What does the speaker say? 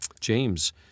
James